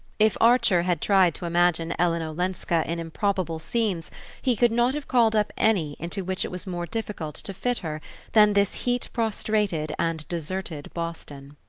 if archer had tried to imagine ellen olenska in improbable scenes he could not have called up any into which it was more difficult to fit her than this heat-prostrated and deserted boston.